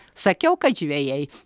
sakiau kad žvejai